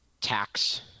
tax